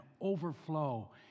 overflow